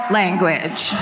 language